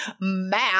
math